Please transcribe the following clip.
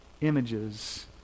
images